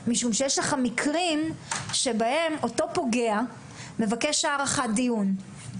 משום שיש מקרים שבהם אותו פוגע מבקש הארכת דיון,